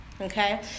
okay